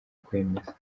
kwemeza